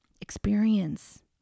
experience